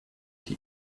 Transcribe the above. die